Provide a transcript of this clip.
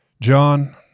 John